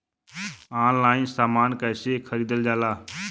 Online समान कैसे खरीदल जाला?